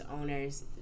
owners